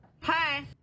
Hi